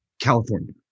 California